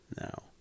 now